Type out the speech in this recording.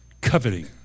Coveting